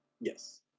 Yes